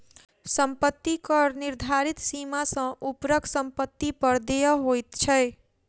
सम्पत्ति कर निर्धारित सीमा सॅ ऊपरक सम्पत्ति पर देय होइत छै